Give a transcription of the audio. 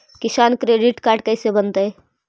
किसान credit card कैसे बनतै?